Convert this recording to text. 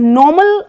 normal